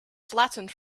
flattened